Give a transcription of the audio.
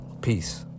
Peace